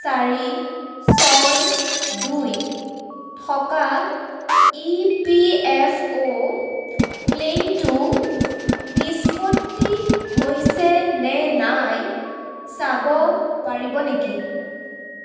চাৰি ছয় দুই থকা ই পি এফ অ' ক্লেইমটো নিষ্পত্তি হৈছে নে নাই চাব পাৰিব নেকি